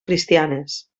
cristianes